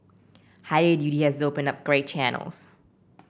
higher duty has opened up grey channels